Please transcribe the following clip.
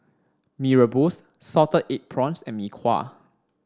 Mee Rebus Salted Egg Prawns and Mee Kuah